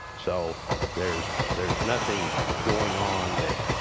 so there's there's nothing going on that